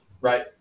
Right